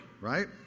right